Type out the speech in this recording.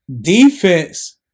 Defense